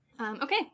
Okay